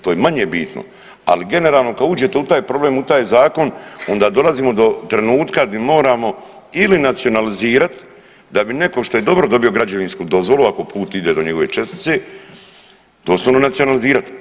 To je manje bitno, ali generalno kad uđete u taj problem, u taj zakon onda dolazimo do trenutka gdje moramo ili nacionalizirat da bi netko što je dobro dobio građevinsku dozvolu, ako put ide do njegove čestice, doslovno nacionalizirat.